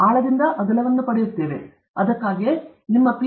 ನಾವು ಆಳದಿಂದ ಅಗಲವನ್ನು ಪಡೆಯುತ್ತೇವೆ ಅದಕ್ಕಾಗಿಯೇ ನಿಮ್ಮ Ph